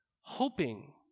hoping